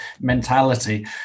mentality